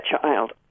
child